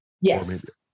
Yes